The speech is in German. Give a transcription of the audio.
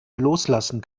loslassen